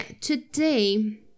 today